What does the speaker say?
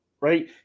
Right